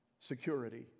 Security